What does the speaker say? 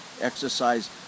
exercise